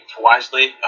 wisely